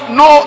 no